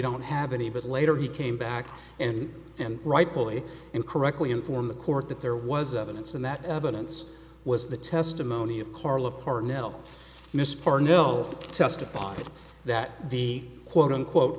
don't have any but later he came back in and rightfully and correctly informed the court that there was evidence and that evidence was the testimony of carl of cornell miss parno testified that he quote unquote